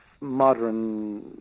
modern